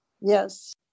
Yes